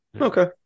Okay